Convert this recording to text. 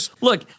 look